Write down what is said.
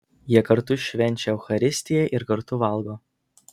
jie kartu švenčia eucharistiją ir kartu valgo